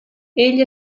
egli